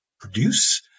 produce